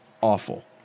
awful